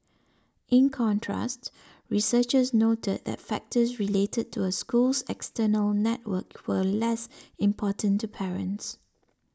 in contrast researchers noted that factors related to a school's external network were less important to parents